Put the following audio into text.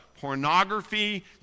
pornography